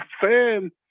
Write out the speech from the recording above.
fan